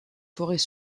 forêts